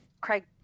Craig